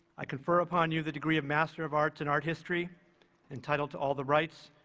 i confer upon you the degree of master of arts in art history entitled to all the rights,